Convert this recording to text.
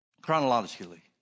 chronologically